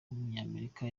w’umunyamerika